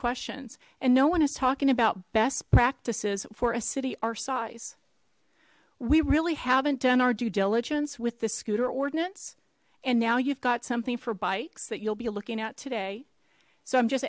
questions and no one is talking about best practices for a city our size we really haven't done our due diligence with the scooter ordinance and now you've got something for bikes that you'll be looking at today so i'm just